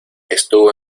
estuvo